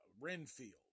Renfield